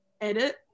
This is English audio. edit